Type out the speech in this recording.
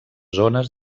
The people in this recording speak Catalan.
zones